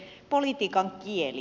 politiikan kieli